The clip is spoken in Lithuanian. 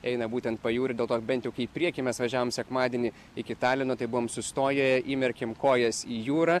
eina būtent pajūriu dėl to bent jau kai į priekį mes važiavom sekmadienį iki talino tai buvom sustoję įmerkėm kojas į jūrą